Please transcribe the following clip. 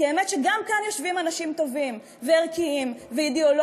כי האמת שגם כאן יושבים אנשים טובים וערכיים ואידיאולוגיים,